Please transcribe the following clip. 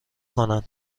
کنن